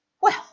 Well